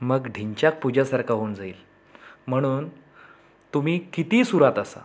मग ढिंचाक पूजा सारखं होऊन जाईल म्हणून तुम्ही कित्तीही सुरात असा